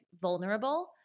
vulnerable